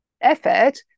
effort